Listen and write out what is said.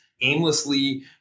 aimlessly